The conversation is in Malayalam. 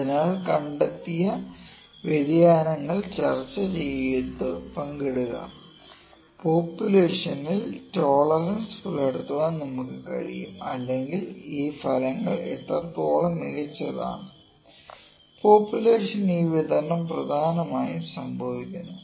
അതിനാൽ കണ്ടെത്തിയ വ്യതിയാനങ്ങൾ ചർച്ച ചെയ്തു പങ്കിടുക പോപുലേഷനിൽ ടോളറൻസ് പുലർത്താൻ നമുക്ക് കഴിയും അല്ലെങ്കിൽ ഈ ഫലങ്ങൾ എത്രത്തോളം മികച്ചതാണ് പോപുലേഷന് ഈ വിതരണം പ്രധാനമായും സംഭവിക്കുന്നു